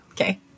okay